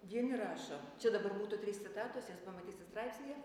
vieni rašo čia dabar būtų trys citatos jas pamatysit straipsnyje